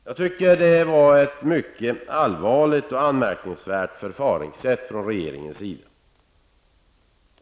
Jag tycker att det var ett mycket allvarligt och anmärkningsvärt förfaringssätt från regeringens sida.